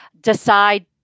decide